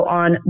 on